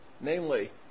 Namely